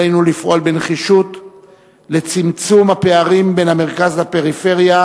עלינו לפעול בנחישות לצמצום הפערים בין המרכז לפריפריה,